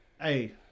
hey